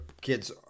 kids